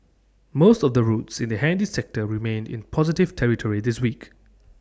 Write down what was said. most of the routes in the handy sector remained in positive territory this week